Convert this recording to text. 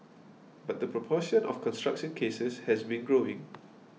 but the proportion of construction cases has been growing